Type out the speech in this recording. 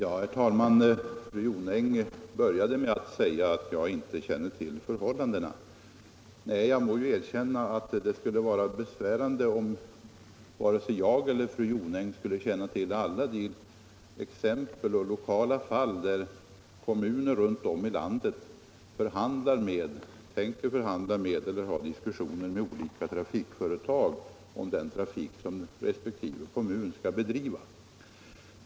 Herr talman! Fru Jonäng började med att säga att jag inte känner till förhållandena. Nej, jag måste erkänna att det skulle vara besvärande, om jag och fru Jonäng skulle känna till alla de lokala fall där kommuner runt om i landet förhandlar med, tänker förhandla med eller har diskussioner med olika trafikföretag om den trafik som resp. kommun skall bedriva.